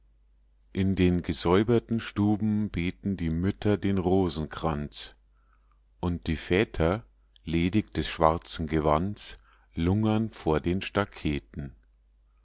in den gesäuberten stuben beten die mütter den rosenkranz und die väter ledig des schwarzen gewands lungern vor den